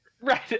right